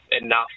enough